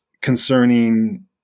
concerning